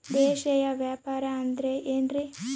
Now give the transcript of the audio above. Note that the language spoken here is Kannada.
ದೇಶೇಯ ವ್ಯಾಪಾರ ಅಂದ್ರೆ ಏನ್ರಿ?